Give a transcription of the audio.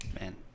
Man